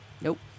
Nope